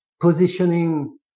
positioning